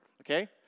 okay